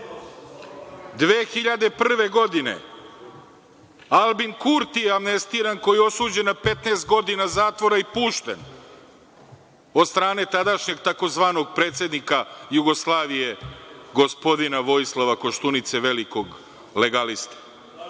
2001. Albin Kurti je amnestiran, koji je osuđen na 15 godina zatvora i pušten od strane tadašnjeg tzv. predsednika Jugoslavije gospodina Vojislava Koštunice, velikog legaliste.